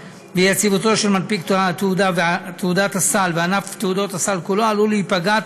ויציבותו של מנפיק תעודת הסל וענף תעודות הסל כולו עלול להיפגע,